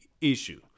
issue